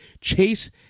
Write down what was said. Chase